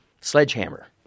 sledgehammer